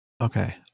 Okay